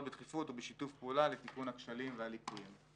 בדחיפות ובשיתוף פעולה לתיקון הכשלים והליקויים.